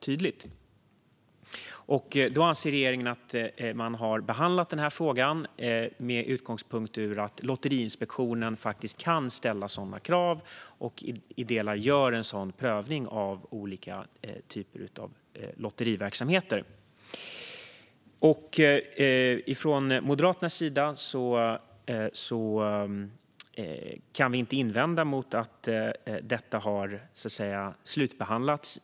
Regeringen anser att man har behandlat denna fråga, med utgångspunkt från att Lotteriinspektionen faktiskt kan ställa sådana krav och i delar gör en sådan prövning av olika typer av lotteriverksamheter. Vi kan från Moderaternas sida inte invända emot att detta har slutbehandlats.